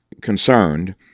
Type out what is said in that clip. concerned